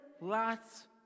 Lot's